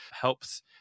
helps